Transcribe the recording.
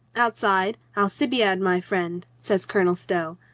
outside, alcibiade, my friend, says colonel stow,